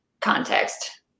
context